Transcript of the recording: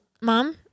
Mom